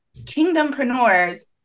Kingdompreneurs